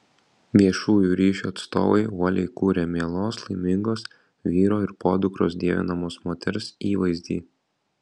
viešųjų ryšių atstovai uoliai kūrė mielos laimingos vyro ir podukros dievinamos moters įvaizdį